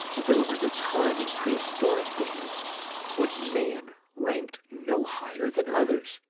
there was a time in prehistoric days when man ranked no higher than others.